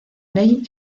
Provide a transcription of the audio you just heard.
ley